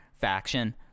faction